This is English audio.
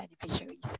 beneficiaries